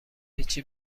هیچی